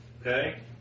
okay